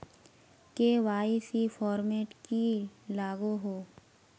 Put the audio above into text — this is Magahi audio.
के.वाई.सी फॉर्मेट की लागोहो?